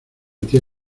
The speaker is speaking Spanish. tía